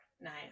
nice